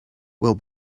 will